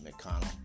McConnell